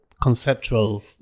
Conceptual